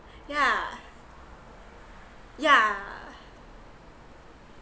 yeah yeah